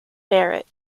barrett